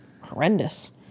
horrendous